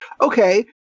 okay